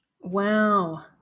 Wow